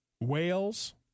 whales